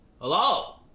hello